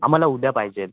आम्हाला उद्या पाहिजेत